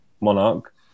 monarch